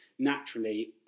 Naturally